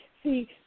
See